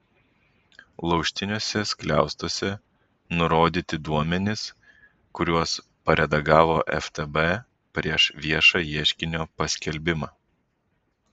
laužtiniuose skliaustuose nurodyti duomenys kuriuos paredagavo ftb prieš viešą ieškinio paskelbimą